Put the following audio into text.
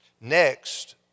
Next